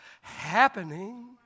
happening